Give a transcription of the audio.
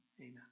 amen